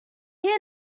here